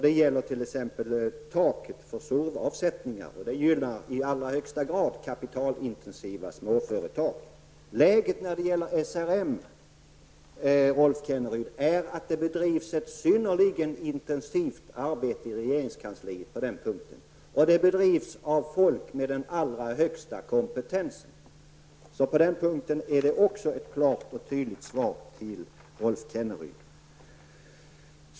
Det gäller t.ex. beträffande tak för SURV-avsättningar, som i allra högsta grad gynnar kapitalintensiva småföretag. Läget när det gäller SRM, Rolf Kenneryd, är att det bedrivs ett synnerligen intensivt arbete i regeringskansliet på den punkten, av folk med den allra högsta kompetensen. Också i det avseendet får Rolf Kenneryd ett klart och tydligt svar.